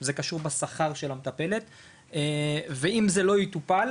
זה קשור בשכר של המטפלת ואם זה לא יטופל,